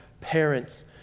parents